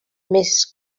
més